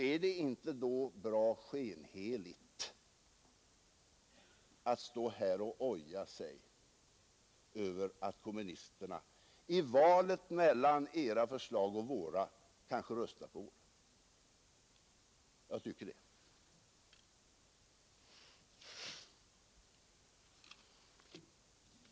Är det inte då bra skenheligt att stå här och oja sig över att kommunisterna i valet mellan era förslag och våra kanske röstar på våra? Jag tycker det.